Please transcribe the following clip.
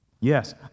Yes